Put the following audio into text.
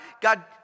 God